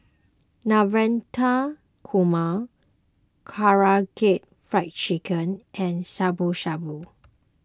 Navratan Korma Karaage Fried Chicken and Shabu Shabu